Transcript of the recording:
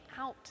out